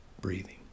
breathing